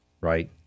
Right